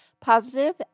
Positive